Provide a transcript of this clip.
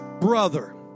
brother